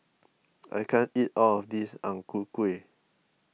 I can't eat all of this Ang Ku Kueh